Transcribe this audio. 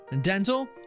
dental